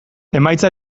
emaitza